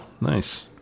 Nice